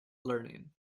learning